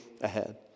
ahead